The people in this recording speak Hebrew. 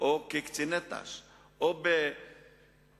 או כקציני ת"ש, או במטה